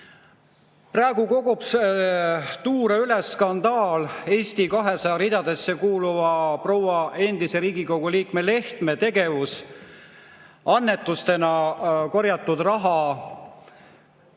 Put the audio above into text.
Praegu kogub tuure üles skandaal Eesti 200 ridadesse kuuluva proua, endise Riigikogu liikme Lehtme tegevus annetustena korjatud raha